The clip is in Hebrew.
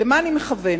למה אני מכוונת?